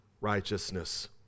righteousness